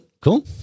cool